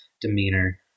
demeanor